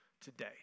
today